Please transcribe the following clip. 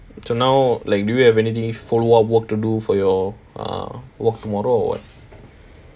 so now like do you have anything follow up work to do for your err work tomorrow or what